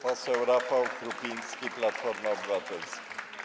Poseł Rafał Grupiński, Platforma Obywatelska.